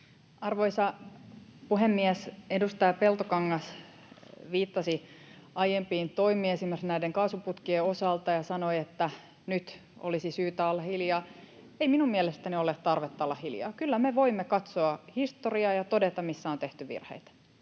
Arvoisa puhemies! Edustaja Peltokangas viittasi aiempiin toimiin, esimerkiksi näiden kaasuputkien osalta, ja sanoi, että nyt olisi syytä olla hiljaa. Ei minun mielestäni ole tarvetta olla hiljaa. Kyllä me voimme katsoa historiaa ja todeta, missä on tehty virheitä.